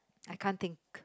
I can't think